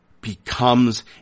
becomes